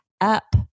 up